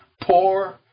poor